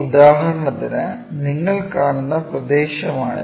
ഉദാഹരണത്തിന് നിങ്ങൾ കാണുന്ന പ്രദേശമാണിത്